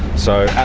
so yeah